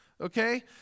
Okay